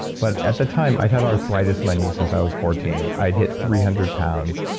but at the time, i'd had arthritis in my knee since i was fourteen. i'd hit three hundred pounds.